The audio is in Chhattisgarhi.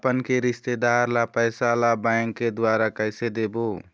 अपन के रिश्तेदार ला पैसा ला बैंक के द्वारा कैसे देबो?